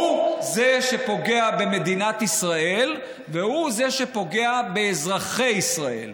הוא זה שפוגע במדינת ישראל והוא זה שפוגע באזרחי ישראל.